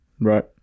Right